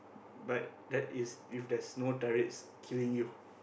but that is if there's no turrets killing you